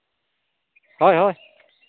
ᱦᱳᱭ ᱦᱳᱭ